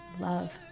love